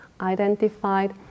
identified